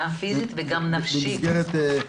גם פיזית וגם נפשית.